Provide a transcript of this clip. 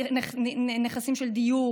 נכסים של דיור,